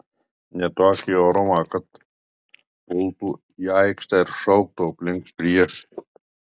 ne tokį orumą kad pultų į aikštę ir šauktų aplink priešai